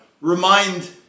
remind